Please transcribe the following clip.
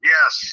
Yes